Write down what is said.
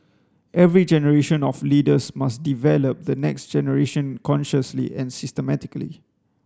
every generation of leaders must develop the next generation consciously and systematically